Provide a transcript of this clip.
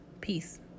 Peace